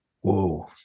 Whoa